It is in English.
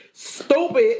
stupid